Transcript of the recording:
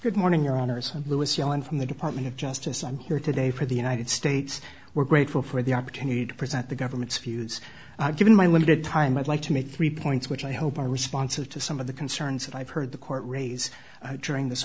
good morning your honour's lewis yellin from the department of justice i'm here today for the united states we're grateful for the opportunity to present the government's views given my limited time i'd like to make three points which i hope are responsive to some of the concerns that i've heard the court raise during this